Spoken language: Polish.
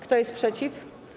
Kto jest przeciw?